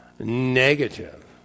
Negative